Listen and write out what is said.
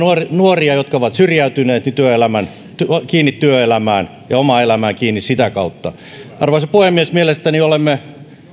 nuoria jotka ovat syrjäytyneet kiinni työelämään ja sitä kautta kiinni omaan elämään arvoisa puhemies mielestäni olemme kuitenkin